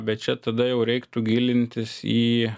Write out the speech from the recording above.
bet čia tada jau reiktų gilintis į